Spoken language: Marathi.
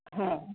हा